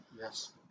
Yes